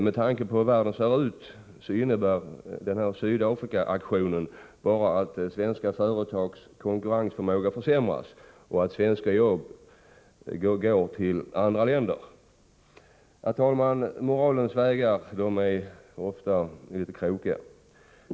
Med tanke på hur världen ser ut innebär Sydafrikaaktionen bara att svenska företags konkurrensförmåga försämras och att svenska jobb går till andra länder. Herr talman! Moralens vägar är ofta litet krokiga.